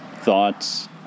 thoughts